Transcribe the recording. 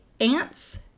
ants